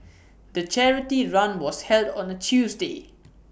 the charity run was held on A Tuesday